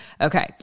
Okay